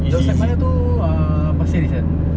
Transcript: job site mana tu uh pasir ris kan